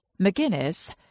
McGuinness